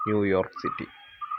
New York city